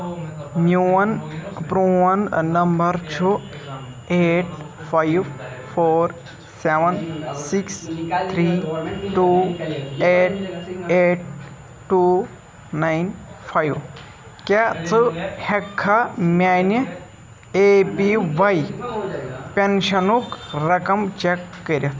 میون پرون نمبر چھُ eight five four seven six three two eight eight two nine five کیٛاہ ژٕ ہیٚککھا میانہِ اے پی وای پینشنُک رقم چیک کٔرتھ